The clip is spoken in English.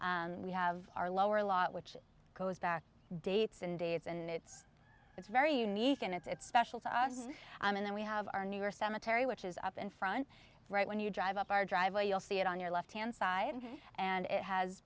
and we have our lower lot which goes back dates and dates and it's it's very unique and it's special to us and then we have our newer cemetery which is up in front right when you drive up our driveway you'll see it on your left hand side and it has